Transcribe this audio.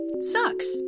sucks